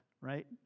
right